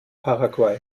paraguay